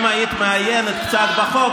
אם היית מעיינת קצת בחוק,